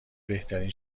بهترین